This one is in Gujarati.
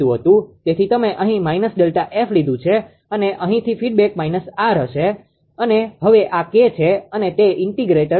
તેથી તમે અહીં ΔF લીધું છે અને અહીંથી ફીડબેક −𝑅 મળે છે અને હવે આ K છે અને તે ઇન્ટીગ્રેટર છે